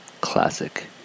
Classic